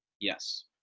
Yes